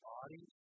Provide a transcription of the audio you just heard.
Body